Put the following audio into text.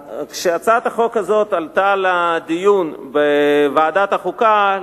כשהצעת החוק הזאת עלתה לדיון בוועדת החוקה,